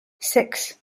six